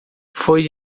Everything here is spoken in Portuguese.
foi